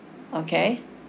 okay